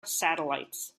satellites